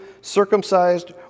circumcised